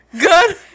Good